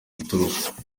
iturufu